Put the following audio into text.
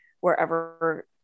wherever